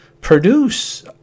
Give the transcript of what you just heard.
produce